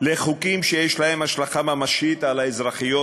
לחוקים שיש להם השלכה ממשית על האזרחיות